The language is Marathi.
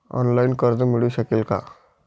ऑनलाईन कर्ज मिळू शकेल का?